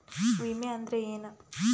ವಿಮೆ ಅಂದ್ರೆ ಏನ?